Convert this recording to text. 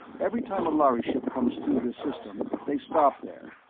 every time a lhari ship comes through this system they stop there,